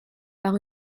par